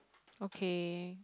okay